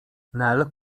nel